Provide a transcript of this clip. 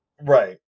Right